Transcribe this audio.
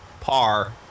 par